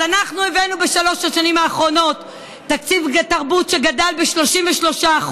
אז אנחנו הבאנו בשלוש השנים האחרונות תקציב תרבות שגדל ב-33%.